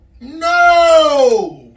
No